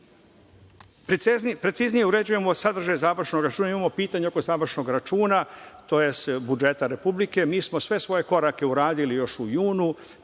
važan. Preciznije uređujemo sadržaj završnog računa. Imamo pitanja oko završnog računa tj. budžeta Republike. Mi smo sve svoje korake uradili još u junu,